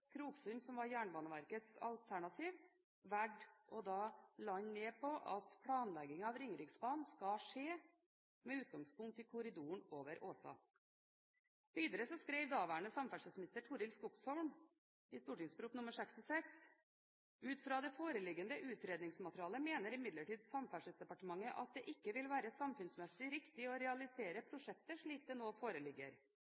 Kroksund, som var Jernbaneverkets alternativ, valgte å lande ned på at planleggingen av Ringeriksbanen skulle skje med utgangspunkt i korridoren over Åsa. Videre skrev daværende samferdselsminister Torild Skogsholm i St.prp. nr. 66 for 2001–2002: «Ut fra det foreliggende utredningsmateriale mener imidlertid Samferdselsdepartementet det ikke vil være samfunnsmessig riktig å realisere